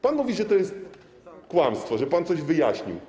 Pan mówi, że to jest kłamstwo, że pan coś wyjaśnił.